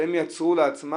שהן יצרו לעצמן,